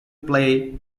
play